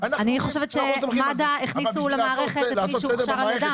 אני חושבת שמד"א הכניסו למערכת את מי שהוכשר על ידם,